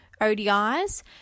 ODIs